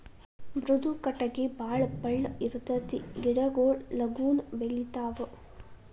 ಮೃದು ಕಟಗಿ ಬಾಳ ಪಳ್ಳ ಇರತತಿ ಗಿಡಗೊಳು ಲಗುನ ಬೆಳಿತಾವ